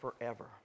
forever